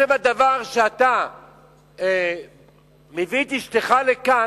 בעצם זה שאתה מביא את אשתך לכאן,